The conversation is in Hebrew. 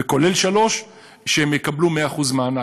וכולל 3, 100% מענק.